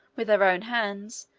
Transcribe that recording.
with her own hands,